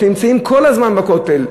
נמצאים כל הזמן בכותל,